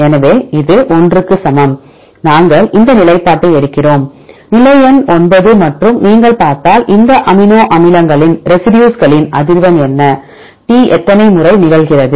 எனவே இது 1 க்கு சமம் நாங்கள் இந்த நிலைப்பாட்டை எடுக்கிறோம் நிலை எண் 9 மற்றும் நீங்கள் பார்த்தால் இந்த அமினோ அமிலங்களின் ரெசிடியூஸ்களின் அதிர்வெண் என்ன T எத்தனை முறை நிகழ்கிறது